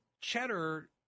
cheddar